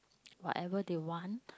whatever they want